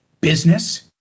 business